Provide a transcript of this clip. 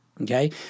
okay